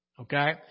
Okay